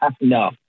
No